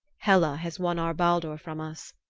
hela has won our baldur from us,